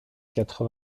quatre